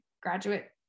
graduate